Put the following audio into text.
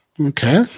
okay